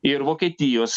ir vokietijos